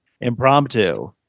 Impromptu